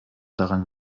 daran